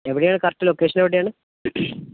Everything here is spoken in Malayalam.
എവിടെയാണ് കറക്റ്റ് ലൊക്കേഷൻ എവിടെയാണ്